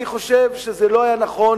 אני חושב שזה לא היה נכון